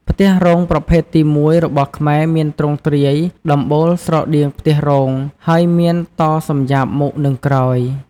ផ្ទះរោងប្រភេទទី១របស់ខ្មែរមានទ្រង់ទ្រាយដំបូលស្រដៀងផ្ទះរោងហើយមានតសំយាបមុខនិងក្រោយ។